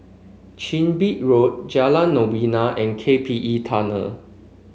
Chin Bee Road Jalan Novena and K P E Tunnel